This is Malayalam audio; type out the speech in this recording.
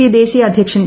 പി ദേശീയ അധ്യക്ഷൻ ജെ